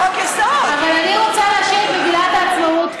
אבל עשית מזה חוק-יסוד.